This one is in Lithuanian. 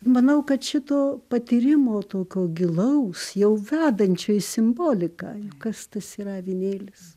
manau kad šito patyrimo tokio gilaus jau vedančio į simboliką kas tas yra avinėlis